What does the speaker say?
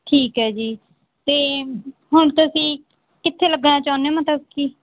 ਠੀਕ ਹੈ ਜੀ ਅਤੇ ਹੁਣ ਤੁਸੀਂ ਕਿੱਥੇ ਲੱਗਣਾ ਚਾਹੁੰਦੇ ਹੋ ਮਤਲਬ ਕਿ